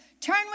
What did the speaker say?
Turn